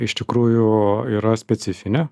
iš tikrųjų yra specifinė